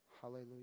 Hallelujah